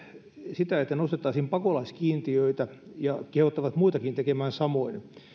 sitä että nostettaisiin pakolaiskiintiöitä ja kehottavat muitakin tekemään samoin